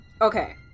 Okay